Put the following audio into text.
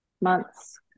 months